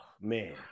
man